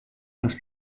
auf